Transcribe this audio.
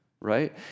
right